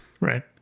Right